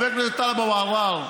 חבר הכנסת טלב אבו עראר,